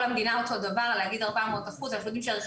המדינה אותו דבר ולהגיד 400%. אנחנו יודעים שערכי